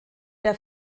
der